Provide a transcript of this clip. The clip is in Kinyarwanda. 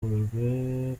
bibukijwe